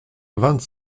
vingt